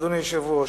אדוני היושב-ראש.